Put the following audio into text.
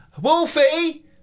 Wolfie